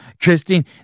Christine